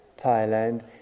Thailand